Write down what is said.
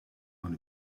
man